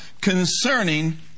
concerning